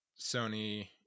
sony